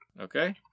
Okay